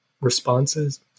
responses